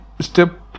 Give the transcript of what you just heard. step